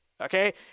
okay